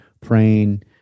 praying